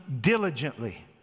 diligently